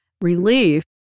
Relief